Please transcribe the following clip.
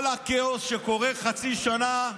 כל הכאוס שקורה חצי שנה,